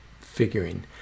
figuring